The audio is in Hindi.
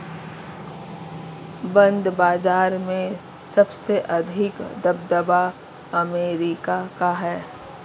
बांड बाजार में सबसे अधिक दबदबा अमेरिका का है